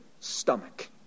stomach